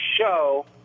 show